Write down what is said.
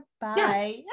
Bye